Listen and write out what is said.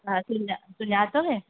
हा सुञा सुञा अथव